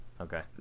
Okay